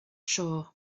sure